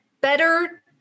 better